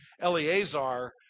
Eleazar